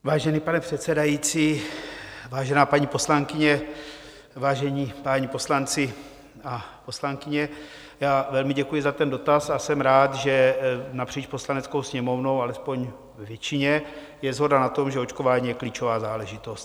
Vážený pane předsedající, vážená paní poslankyně, vážení páni poslanci a poslankyně, velmi děkuji za ten dotaz a jsem rád, že je napříč Poslaneckou sněmovnou alespoň ve většině shoda na tom, že očkování je klíčová záležitost.